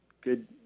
good